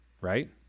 Right